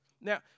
Now